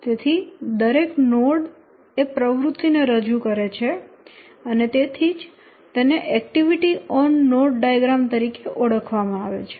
તેથી દરેક નોડ એ પ્રવૃત્તિને રજૂ કરે છે તેથી જ તેને એક્ટિવિટી ઓન નોડ ડાયાગ્રામ તરીકે ઓળખવામાં આવે છે